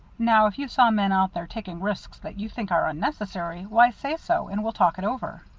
now, if you saw men out there taking risks that you think are unnecessary, why, say so, and we'll talk it over.